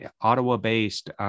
Ottawa-based